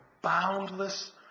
boundless